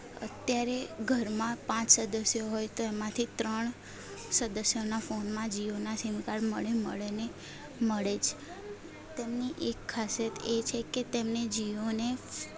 અત્યારે ઘરમાં પાંચ સદસ્યો હોય તો એમાંથી ત્રણ સદસ્યોના ફોનમાં જિયોના સીમ કાર્ડ મળે મળેને મળે જ તેમની એક ખાસિયત એ છે કે તેમણે જીઓને